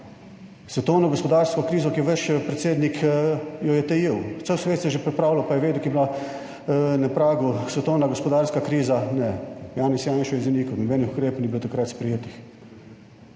svetovno gospodarsko krizo, ki je vaš predsednik, jo je tajil, cel svet se je že pripravljal, pa je vedel, ko je bila na pragu svetovna gospodarska kriza, ne, Janez Janša je zanikal, nobenih ukrepov ni bil takrat sprejetih.